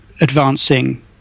advancing